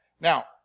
now